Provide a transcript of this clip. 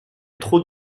trop